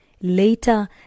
Later